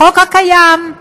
בחוק הקיים,